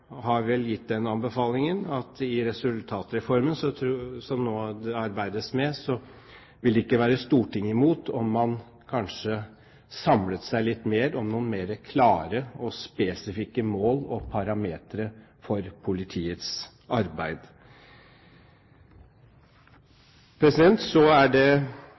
har vel gitt den anbefalingen at i resultatreformen, som det nå arbeides med, vil det ikke være Stortinget imot om man kanskje samlet seg litt mer om noen mer klare og spesifikke mål og parametre for politiets arbeid. Så er det